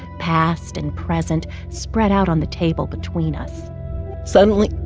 past and present, spread out on the table between us suddenly,